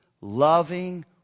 loving